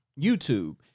youtube